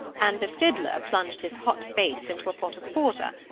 and the fiddler plunged his hot face into a pot of porter,